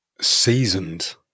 seasoned